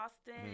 Austin